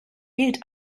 bild